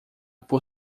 por